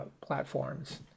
platforms